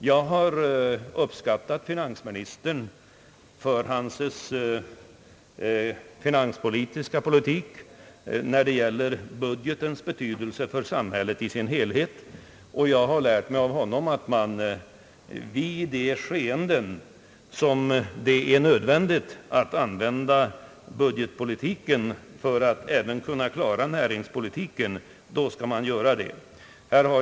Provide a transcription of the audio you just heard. Jag har uppskattat finansministern för hans finanspolitik när det gäller budgetens betydelse för samhället i dess helhet och jag har lärt av honom att man i de skeenden, då det är nödvändigt att använda budgetpolitiken för att även klara näringspolitiken, bör göra det.